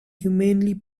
humanly